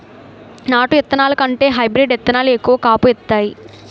నాటు ఇత్తనాల కంటే హైబ్రీడ్ ఇత్తనాలు ఎక్కువ కాపు ఇత్తాయి